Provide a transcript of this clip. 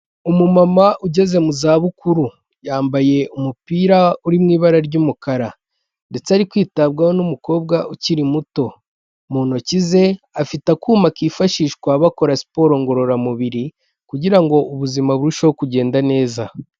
Umumama ugeze mu zabukuru yambaye umupira uri mu ibara ry'umukara ndetse ari kwitabwaho n'umukobwa ukiri muto, mu ntoki ze afite akuma kifashishwa bakora siporo ngororamubiri, kugira ngo ubuzima burusheho kugenda neza.